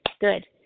good